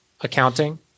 accounting